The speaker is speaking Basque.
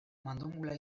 mandomula